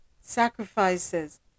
Sacrifices